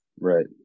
Right